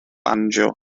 banjo